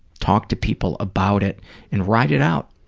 talk to people about it and ride it out,